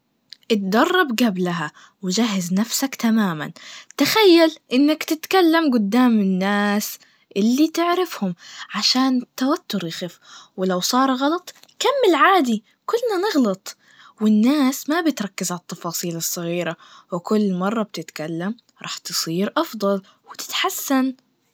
اتدرب جبلها, وجهز نفسك تماماً, تخيل إنك تتكلم جدام الناس اللي تعرفهم, عشان التوتر يخف, ولو صار غلط, كمل عادي, كلنا نغلط, والناس ما بتركز عالتفاصيل الصغيرة, وكل مرة بتتكل راح تصير أفضل وتتحسن.